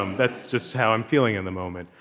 um that's just how i'm feeling in the moment.